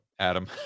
Adam